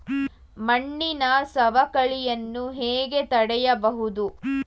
ಮಣ್ಣಿನ ಸವಕಳಿಯನ್ನು ಹೇಗೆ ತಡೆಯಬಹುದು?